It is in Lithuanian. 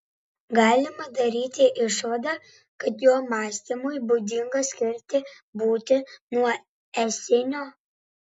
galima daryti išvadą kad jo mąstymui būdinga skirti būtį nuo esinio